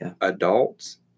Adults